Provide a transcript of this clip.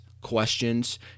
questions